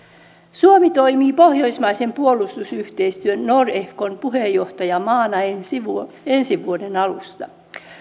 suomi toimii pohjoismaisen puolustusyhteistyön nordefcon puheenjohtajamaana ensi vuoden alusta